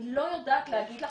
אני לא יודעת להגיד לך